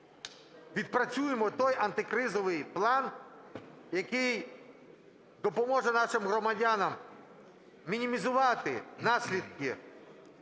відпрацюємо той антикризовий план, який допоможе нашим громадянам мінімізувати наслідки